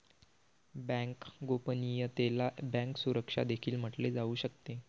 bank गोपनीयतेला bank सुरक्षा देखील म्हटले जाऊ शकते